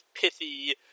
pithy